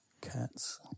cats